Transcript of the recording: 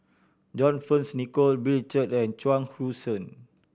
John Fearns Nicoll Bill Chen and Chuang Hui Tsuan